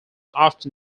often